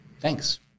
Thanks